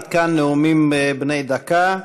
עד כאן נאומים בני דקה.